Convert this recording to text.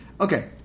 Okay